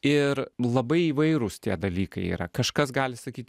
ir labai įvairūs tie dalykai yra kažkas gali sakyt